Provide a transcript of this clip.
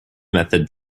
method